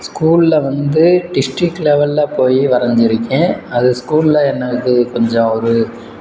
ஸ்கூலில் வந்து டிஸ்ட்ரிக் லெவலில் போய் வரைஞ்சி இருக்கேன் அது ஸ்கூலில் எனக்கு கொஞ்சம் ஒரு